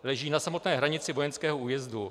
Leží na samotné hranici vojenského újezdu.